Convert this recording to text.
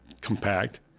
compact